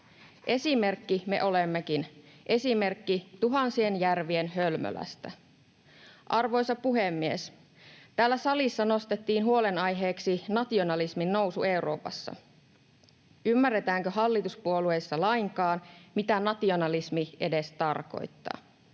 Esimerkki me olemmekin, esimerkki tuhansien järvien hölmölästä. Arvoisa puhemies! Täällä salissa nostettiin huolenaiheeksi nationalismin nousu Euroopassa. Ymmärretäänkö hallituspuolueissa lainkaan, mitä nationalismi edes tarkoittaa?